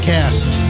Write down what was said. Cast